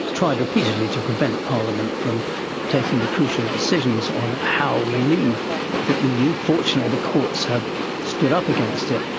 tried repeatedly to prevent parliament from taking the crucial decisions on how we leave the eu. fortunately the courts have stood up against it.